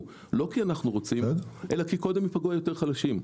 לא כי אנחנו רוצים אלא כי קודם ייפגעו היותר חלשים.